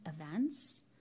events